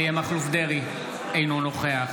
אדלשטיין, אינו נוכח